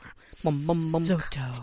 Soto